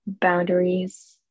boundaries